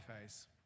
face